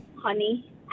honey